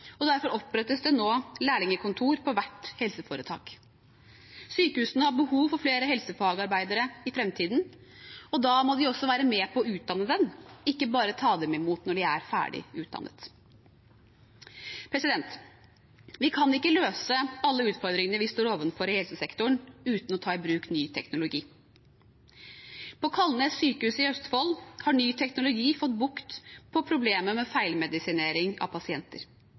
og derfor opprettes det nå lærlingkontor for hvert helseforetak. Sykehusene har behov for flere helsefagarbeidere i fremtiden, og da må de også være med på å utdanne dem, ikke bare ta dem imot når de er ferdig utdannet. Vi kan ikke løse alle utfordringene vi står overfor i helsesektoren, uten å ta i bruk ny teknologi. På Kalnes sykehus i Østfold har ny teknologi fått bukt med problemet med feilmedisinering av pasienter.